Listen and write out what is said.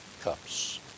cups